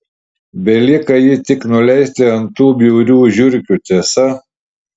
belieka jį tik nuleisti ant tų bjaurių žiurkių tiesa